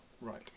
Right